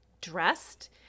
dressed